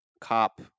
Cop